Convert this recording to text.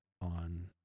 on